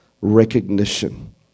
recognition